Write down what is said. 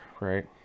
Right